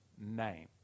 name